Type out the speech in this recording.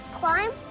climb